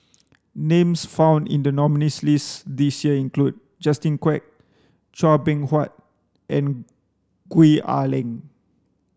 names found in the nominees' list this year include Justin Quek Chua Beng Huat and Gwee Ah Leng